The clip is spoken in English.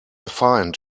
find